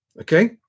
okay